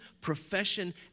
profession